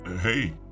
hey